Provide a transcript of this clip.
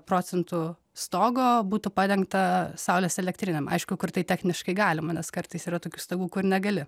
procentų stogo būtų padengta saulės elektrinėm aišku kur tai techniškai galima nes kartais yra tokių stogų kur negali